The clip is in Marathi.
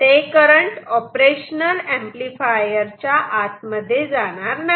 ते करंट ऑपरेशनल ऍम्प्लिफायर मध्ये जाणार नाही